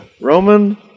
Roman